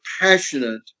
passionate